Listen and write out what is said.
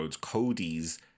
Cody's